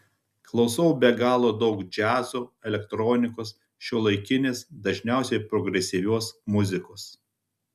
klausau be galo daug džiazo elektronikos šiuolaikinės dažniausiai progresyvios muzikos